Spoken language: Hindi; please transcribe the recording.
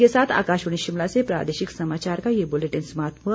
इसी के साथ आकाशवाणी शिमला से प्रादेशिक समाचार का ये बुलेटिन समाप्त हुआ